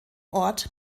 ort